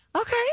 Okay